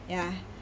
ya